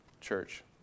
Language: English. church